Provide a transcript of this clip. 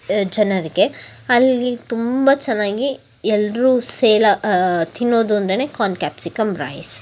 ಜನರಿಗೆ ಅಲ್ಲಿ ತುಂಬ ಚೆನ್ನಾಗಿ ಎಲ್ಲರೂ ಸೇಲಾ ತಿನ್ನೋದು ಅಂದ್ರೆ ಕಾರ್ನ್ ಕ್ಯಾಪ್ಸಿಕಮ್ ರೈಸ್